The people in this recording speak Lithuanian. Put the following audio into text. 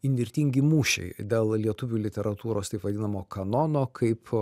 įnirtingi mūšiai dėl lietuvių literatūros taip vadinamo kanono kaip